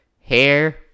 hair